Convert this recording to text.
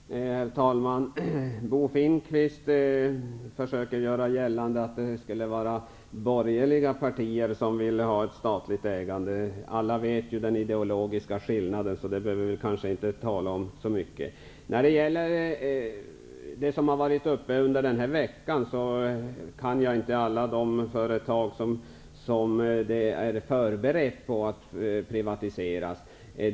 Herr talman! Bo Finnkvist försöker göra gällande att det skulle vara borgerliga partier som vill ha ett statligt ägande. Alla känner till den ideologiska skillnaden, så det behöver vi kanske inte tala så mycket om. När det gäller det som har varit aktuellt den här veckan känner jag inte till alla de företag där man har förberett en privatisering.